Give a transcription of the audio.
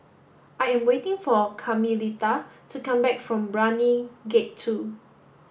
I am waiting for Carmelita to come back from Brani Gate two